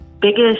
biggest